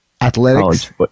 athletics